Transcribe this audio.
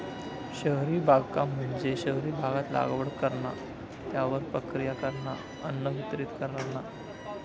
शहरी बागकाम म्हणजे शहरी भागात लागवड करणा, त्यावर प्रक्रिया करणा, अन्न वितरीत करणा